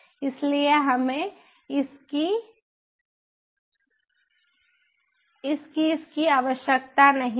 इसलिए हमें इस कीस की आवश्यकता नहीं है